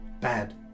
Bad